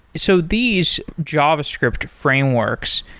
so these javascript frameworks,